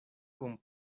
kun